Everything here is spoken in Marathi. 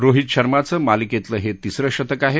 रोहित शर्माचं मालिकेतलं हे तिसरं शतक आहे